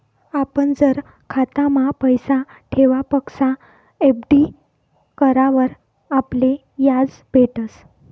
आपण जर खातामा पैसा ठेवापक्सा एफ.डी करावर आपले याज भेटस